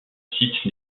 site